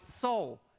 soul